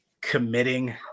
committing